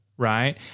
Right